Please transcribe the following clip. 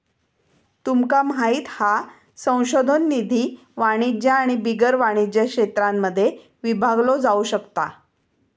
तुमका माहित हा संशोधन निधी वाणिज्य आणि बिगर वाणिज्य क्षेत्रांमध्ये विभागलो जाउ शकता